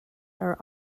are